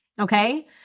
okay